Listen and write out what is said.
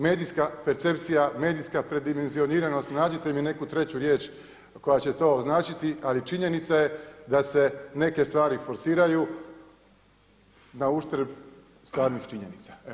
Medijska percepcija, medijska predimenzioniranost, nađite mi neku treću riječ koja će to označiti, ali činjenica je da se neke stvari forsiraju na uštrb stvarnih činjenica.